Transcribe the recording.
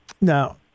Now